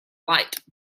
light